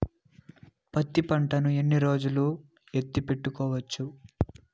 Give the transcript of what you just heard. పత్తి పంటను ఎన్ని రోజులు ఎత్తి పెట్టుకోవచ్చు?